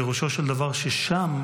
פירושו של דבר ששם,